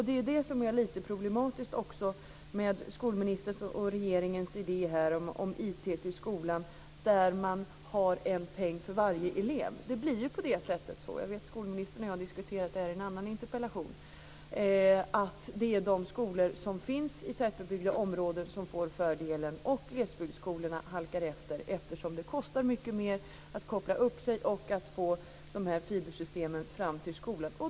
Det är det som också är lite problematiskt med skolministerns och regeringens idé om IT i skolan med en peng till varje elev. Det blir ju på det sättet - jag vet att skolministern och jag har diskuterat det här i en annan interpellation - att det är de skolor som finns i tätbebyggda områden som får fördelen och att glesbygdsskolorna halkar efter eftersom det kostar mycket mer för dem att koppla upp sig och få de här fibersystemen fram till skolan.